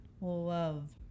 love